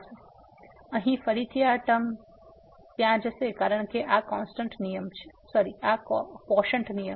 તેથી અહીં ફરીથી આ ટર્મ ત્યાં જશે કારણ કે આ કોસન્ટ નિયમ છે